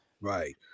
right